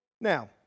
Now